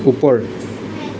ওপৰ